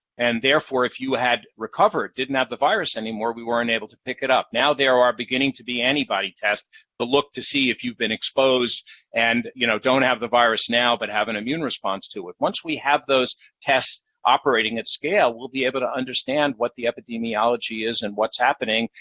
and therefore, if you had recovered, didn't have the virus anymore, we weren't able to pick it up. now there are beginning to be antibody tests to look to see if you've been exposed and you know don't have the virus now but have an immune response to it. once we have those tests operating at scale, we'll be able to understand what the epidemiology is and what's happening,